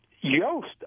Yost